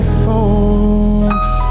folks